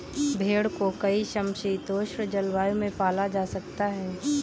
भेड़ को कई समशीतोष्ण जलवायु में पाला जा सकता है